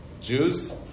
Jews